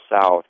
south